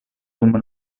dum